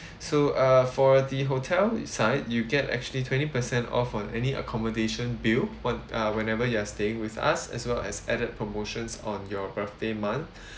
so uh for the hotel side you get actually twenty percent off on any accommodation bill what uh whenever you're staying with us as well as added promotions on your birthday month